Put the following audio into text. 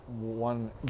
one